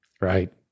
Right